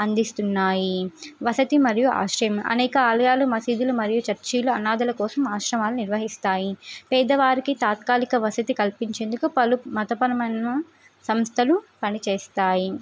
అందిస్తున్నాయి వసతి మరియు ఆశ్రయం అనేక ఆలయాలు మసీదులు మరియు చర్చీలు అనాథలకు కోసం ఆశ్రమాలు నిర్వహిస్తాయి పేదవారికి తాత్కాలిక వసతి కల్పించేందుకు పలు మతపరమైన సంస్థలు పనిచేస్తాయి